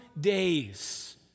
days